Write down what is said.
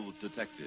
detective